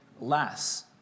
less